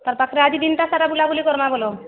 ତାର୍ପାଖ୍ରେ ଆଜି ଦିନ୍ଟା ସାରା ବୁଲାବୁଲି କର୍ମା ବଲ